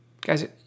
guys